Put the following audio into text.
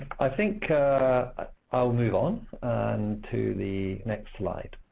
i think i'll move on to the next slide.